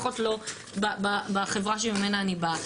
לפחות לא בחברה שממנה אני באה,